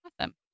Awesome